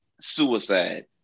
suicide